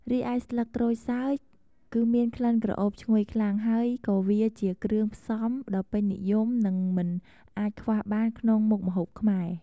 រីឯស្លឹកក្រូចសើច គឺមានក្លិនក្រអូបឈ្ងុយខ្លាំង ហើយក៏វាជាគ្រឿងផ្សំដ៏ពេញនិយម និងមិនអាចខ្វះបានក្នុងមុខម្ហូបខ្មែរ។